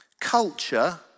Culture